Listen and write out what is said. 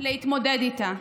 להתמודד איתה.